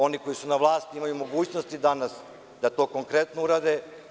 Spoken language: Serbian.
Oni koji su na vlasti imaju mogućnost danas da to konkretno urade.